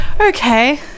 Okay